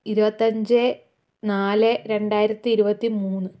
ഇരുപത്തഞ്ച് നാല് രണ്ടായിരത്തി ഇരുപത്തി മൂന്ന്